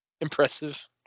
impressive